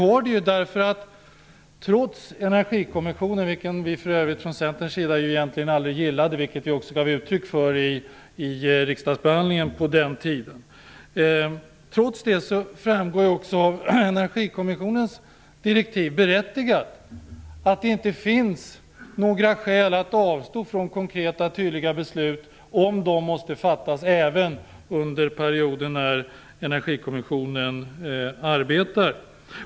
Från Centerns sida gillade vi egentligen aldrig Energikommissionen, vilket vi också gav uttryck för i riksdagsbehandlingen. Det framgår av Energikommissionens direktiv att det inte finns några skäl att avstå från de konkreta beslut som måste fattas även under tiden som Energikommissionen arbetar.